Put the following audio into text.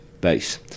base